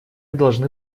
должны